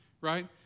Right